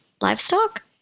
livestock